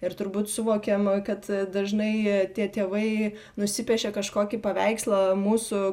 ir turbūt suvokiam kad dažnai tie tėvai nusipiešė kažkokį paveikslą mūsų